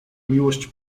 miłość